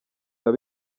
biba